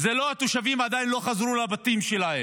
זה לא כשהתושבים עדיין לא חזרו לבתים שלהם,